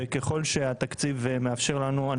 וככל שהתקציב מאפשר לנו,